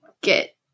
get